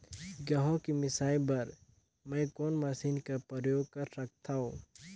गहूं के मिसाई बर मै कोन मशीन कर प्रयोग कर सकधव?